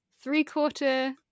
three-quarter